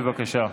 בבקשה.